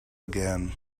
again